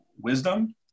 wisdom